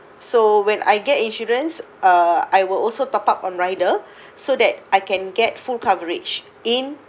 so when I get insurance uh I will also top up on rider so that I can get full coverage in